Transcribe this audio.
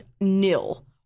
nil